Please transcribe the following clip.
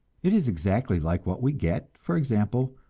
it is exactly like what we get, for example,